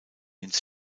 ins